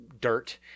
dirt